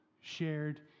shared